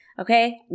Okay